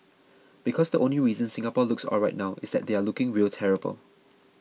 because the only reason Singapore looks alright now is that they are looking real terrible